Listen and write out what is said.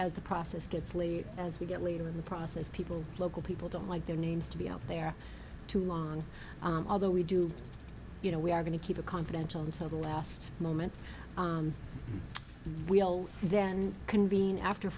as the process gets later as we get later in the process people local people don't like their names to be out there to mine although we do you know we are going to keep a confidential until the last moment we'll then convene after